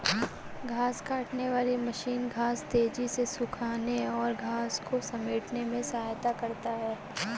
घांस काटने वाली मशीन घांस तेज़ी से सूखाने और घांस को समेटने में सहायता करता है